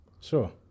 Sure